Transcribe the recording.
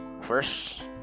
First